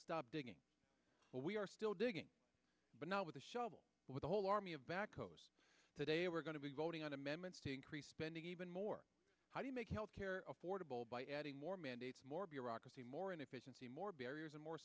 hole we are still digging but not with a shovel with a whole army of back today we're going to be voting on amendments to increase spending even more how do you make health care affordable by adding more mandates more bureaucracy more inefficiency more barriers and more